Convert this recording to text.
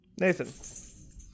Nathan